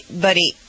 buddy